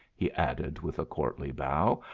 he added, with a courtly bow,